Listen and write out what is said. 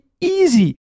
easy